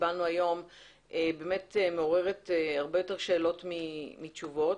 קיבלנו היום באמת מעוררת הרבה יותר שאלות מתשובות.